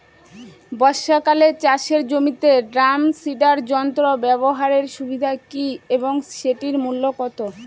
বর্ষাকালে চাষের জমিতে ড্রাম সিডার যন্ত্র ব্যবহারের সুবিধা কী এবং সেটির মূল্য কত?